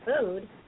food